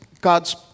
God's